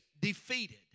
defeated